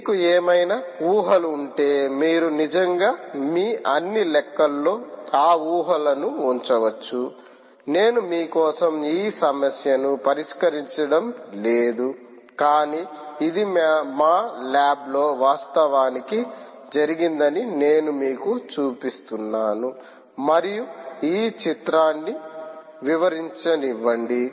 మీకు ఏమైనా ఊహలు ఉంటే మీరు నిజంగా మీ అన్నీ లెక్కల్లో ఆ ఊహలను ఉంచవచ్చు నేను మీ కోసం ఈ సమస్యను పరిష్కరించడం లేదు కానీ ఇది మా ల్యాబ్లో వాస్తవానికి జరిగిందని నేను మీకు చూపిస్తున్నాను మరియు ఈ చిత్రాన్ని వివరించనివ్వండి